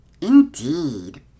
Indeed